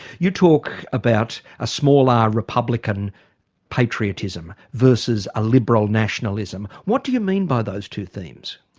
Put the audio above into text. you talk about a small r republican patriotism versus a liberal nationalism. what do you mean by those two themes?